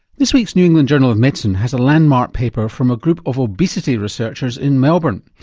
this week's new england journal of medicine has a landmark paper from a group of obesity researchers in melbourne.